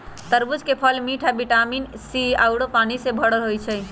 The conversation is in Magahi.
तरबूज के फल मिठ आ विटामिन सी आउरो पानी से भरल होई छई